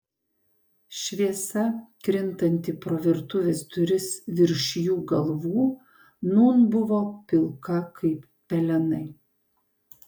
šviesa krintanti pro virtuvės duris virš jų galvų nūn buvo pilka kaip pelenai